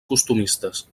costumistes